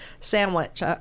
sandwich